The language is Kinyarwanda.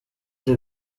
the